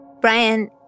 Brian